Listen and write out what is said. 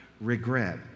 regret